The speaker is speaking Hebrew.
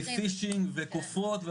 פישינג וכופרות,